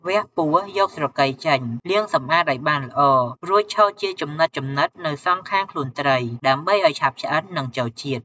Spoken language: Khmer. វះពោះ យកស្រកីចេញ លាងសម្អាតឲ្យបានល្អ រួចឆូតជាចំណិតៗនៅសងខាងខ្លួនត្រីដើម្បីឲ្យឆាប់ឆ្អិន និងចូលជាតិ។